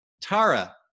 Tara